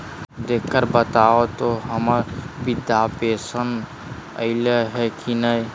देख कर बताहो तो, हम्मर बृद्धा पेंसन आयले है की नय?